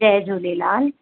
Jay Jhulelal